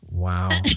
Wow